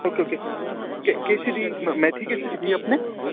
okay okay तो कैसे दी मेथी कैसे दी भैया आपने